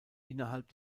innerhalb